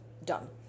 done